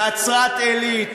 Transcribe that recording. נצרת-עילית,